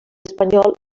espanyol